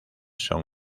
son